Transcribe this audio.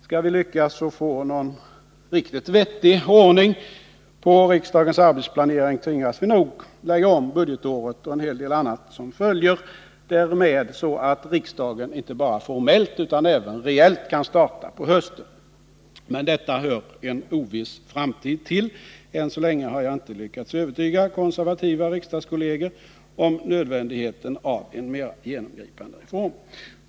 Skall vi lyckas få någon riktigt vettig ordning på riksdagens arbetsplanering tvingas vi nog lägga om budgetåret och en hel del annat som följer därmed, så att riksdagen inte bara formellt utan även reellt kan starta på hösten. Men detta hör en oviss framtid till. Än så länge har jag inte lyckats övertyga konservativa riksdagskolleger om nödvändigheten av en mera genomgripande reform.